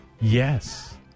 Yes